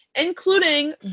including